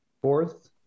fourth